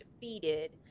defeated